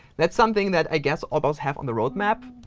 that's something that i guess ah but have on the road map.